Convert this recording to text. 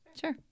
Sure